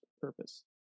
purpose